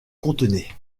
contenaient